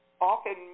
often